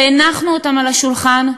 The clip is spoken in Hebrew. הנחנו אותם על השולחן,